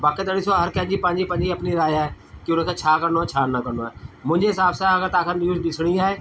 बाक़ी त ॾिसो हर कंहिंजी पंहिंजी पंहिंजी अपनी राय आहे कि हुन खां छा करिणो आहे छा न करिणो आहे मुंहिंजे हिसाब सां अगरि तव्हांखे न्यूज़ ॾिसिणी आहे